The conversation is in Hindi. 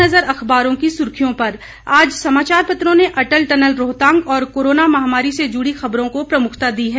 एक नज़र अखबारों की सुर्खियों पर आज समाचार पत्रों ने अटल टनल रोहतांग और कोरोना महामारी से जुड़ी खबरों को प्रमुखता दी है